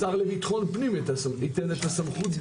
השר לביטחון פנים ייתן את הסמכות,